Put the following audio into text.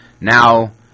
Now